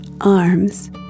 arms